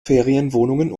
ferienwohnungen